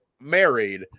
married